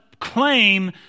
claim